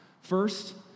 First